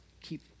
keep